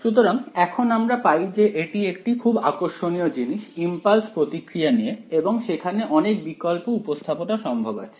সুতরাং এখন আমরা পাই যে এটি একটি খুব আকর্ষণীয় জিনিস ইম্পালস প্রতিক্রিয়া নিয়ে এবং সেখানে অনেক বিকল্প উপস্থাপনা সম্ভব আছে